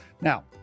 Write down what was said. Now